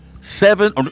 seven